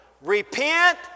Repent